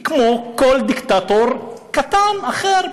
כמו כל דיקטטור קטן אחר.